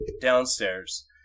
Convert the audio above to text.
downstairs